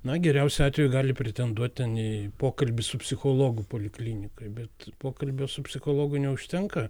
na geriausiu atveju gali pretenduoti ten nei pokalbis su psichologu poliklinikoj bet pokalbio su psichologu neužtenka